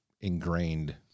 ingrained